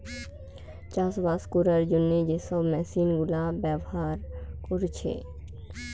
চাষবাস কোরার জন্যে যে সব মেশিন গুলা ব্যাভার কোরছে